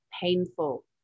painful